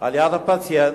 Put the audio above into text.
על-יד הפציינט,